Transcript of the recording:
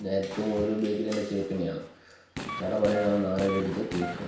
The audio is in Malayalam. ഞാൻ ഏറ്റവും കൂടുതൽ ഉപയോഗിക്കുന്നത് എന്റെ ചെരുപ്പ് തന്നെയാണ് ചടപടെന്നാണ് നാല് അടി അടിക്കുക തീർക്കുക